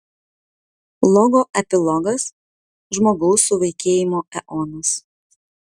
logo epilogas žmogaus suvaikėjimo eonas